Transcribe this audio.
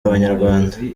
abanyarwanda